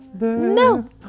No